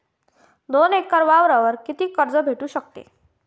दोन एकर वावरावर कितीक कर्ज भेटू शकते?